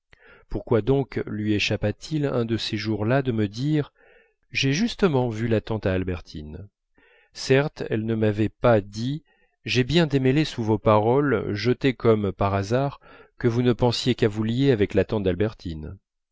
pourquoi donc lui échappa t il un de ces jours-là de me dire j'ai justement vu la tante à albertine certes elle ne m'avait pas dit j'ai bien démêlé sous vos paroles jetées comme par hasard que vous ne pensiez qu'à vous lier avec